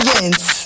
Vince